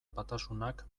batasunak